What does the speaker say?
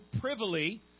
privily